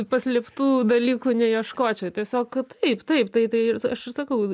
paslėptų dalykų neieškočiau tiesiog taip taip tai tai aš ir sakau